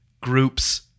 groups